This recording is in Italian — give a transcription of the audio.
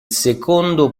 secondo